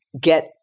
get